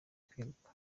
kwiruka